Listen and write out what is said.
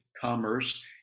commerce